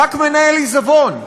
רק מנהל עיזבון.